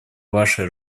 вашей